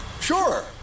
Sure